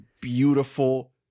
beautiful